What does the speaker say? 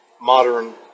modern